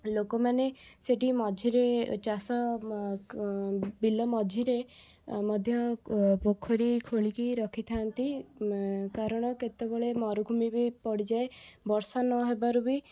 ଲୋକମାନେ ସେଇଠି ମଝିରେ ଚାଷ ଅଁ ବିଲ ମଝିରେ ମଧ୍ୟ ଅଁ ପୋଖରୀ ଖୋଳିକି ରଖିଥାଆନ୍ତି କାରଣ କେତେବେଳେ ମରୁଭୂମି ବି ପଡ଼ିଯାଏ ବର୍ଷା ନ ହେବାରୁ ବି